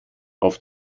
auf